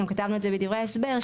גם כתבנו את זה בדברי ההסבר,